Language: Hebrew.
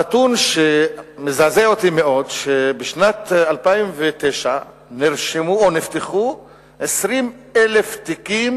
נתון שמזעזע אותי מאוד הוא שבשנת 2009 נפתחו 20,000 תיקים